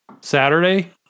Saturday